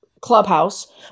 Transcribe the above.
Clubhouse